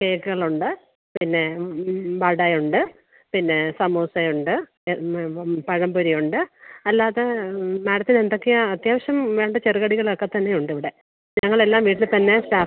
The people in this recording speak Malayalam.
കേക്കുകളുണ്ട് പിന്നെ ആ വടയുണ്ട് പിന്നെ സമൂസയുണ്ട് പഴംപൊരിയുണ്ട് അല്ലാത്ത മാഡത്തിന് എന്തൊക്കെയാണ് അത്യാവശ്യം വേണ്ടത് ചെറു കടികളൊക്കെ തന്നെ ഉണ്ട് ഇവിടെ ഞങ്ങളെല്ലാം വീട്ടിൽ തന്നെ സ്റ്റാഫ്